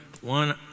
one